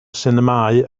sinemâu